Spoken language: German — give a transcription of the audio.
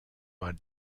man